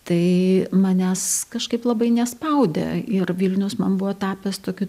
tai manęs kažkaip labai nespaudė ir vilnius man buvo tapęs tokiu